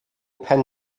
penn